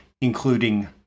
including